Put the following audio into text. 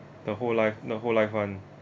the whole life the whole life [one]